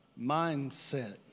mindset